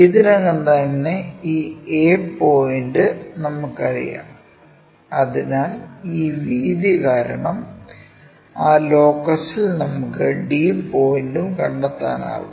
ഇതിനകം തന്നെ ഈ a പോയിന്റ് നമുക്കറിയാം അതിനാൽ ഈ വീതി കാരണം ആ ലോക്കസിൽ നമുക്ക് d പോയിന്റും കണ്ടെത്താനാകും